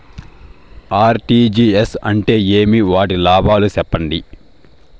RTGS అంటే ఏమి? వాటి లాభాలు సెప్పండి?